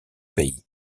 pays